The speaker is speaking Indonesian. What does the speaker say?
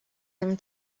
yang